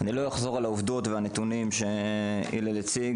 אני לא אחזור על העובדות ועל הנתונים שהלל הציג,